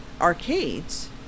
arcades